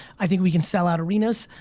i think we can sell out arenas,